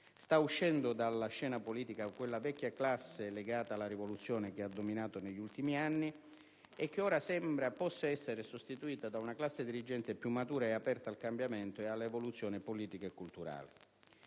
sta uscendo dalla scena politica quella vecchia classe legata alla rivoluzione che ha dominato negli ultimi anni e che ora sembra possa essere sostituita da una classe dirigente più matura e aperta al cambiamento e all'evoluzione politica e culturale.